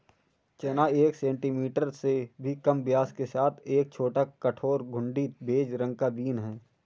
चना एक सेंटीमीटर से भी कम व्यास के साथ एक छोटा, कठोर, घुंडी, बेज रंग का बीन है